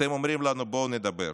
אתם אומרים לנו: בואו נדבר.